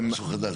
זה משהו חדש.